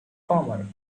farmer